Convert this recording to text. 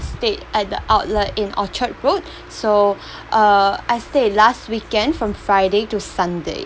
stayed at the outlet in orchard road so uh I stayed last weekend from friday to sunday